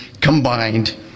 combined